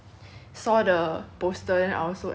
saw the poster then I was so angry